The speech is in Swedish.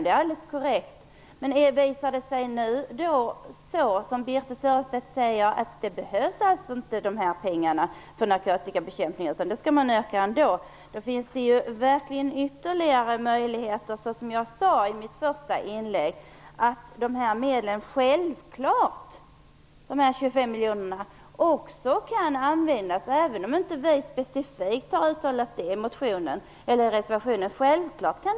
Men om det, som Birthe Sörestedt säger, visar sig att dessa pengar inte behövs för narkotikabekämpning utan att man skall utöka denna ändå, finns det verkligen ytterligare möjligheter. Som jag sade i mitt första inlägg kan dessa 25 miljoner självfallet också användas för att rädda vissa nedläggningshotade häkten och anstalter, även om vi inte specifikt har uttalat detta i motionen och i reservationen.